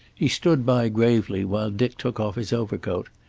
he stood by gravely while dick took off his overcoat,